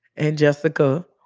and jessica,